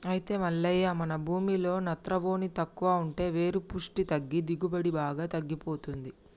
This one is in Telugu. అయితే మల్లయ్య మన భూమిలో నత్రవోని తక్కువ ఉంటే వేరు పుష్టి తగ్గి దిగుబడి బాగా తగ్గిపోతుంది